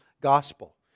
gospel